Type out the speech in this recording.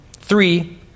Three